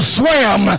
swam